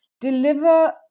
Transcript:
deliver